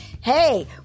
hey